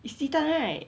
is 鸡蛋 right